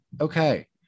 Okay